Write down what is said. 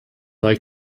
like